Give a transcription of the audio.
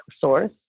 source